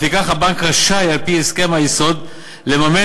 ולפיכך הבנק רשאי על-פי הסכם היסוד לממן